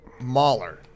Mahler